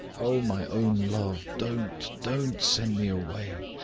oh, my own love! don't, don't send me away!